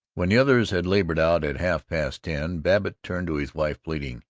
when the others had labored out, at half-past ten, babbitt turned to his wife, pleading,